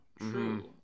true